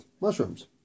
mushrooms